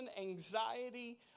anxiety